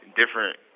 different